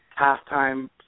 halftime